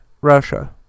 Russia